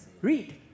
Read